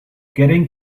getting